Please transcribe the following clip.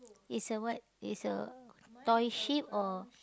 it's a what it's a toy ship or